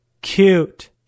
cute